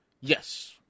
Yes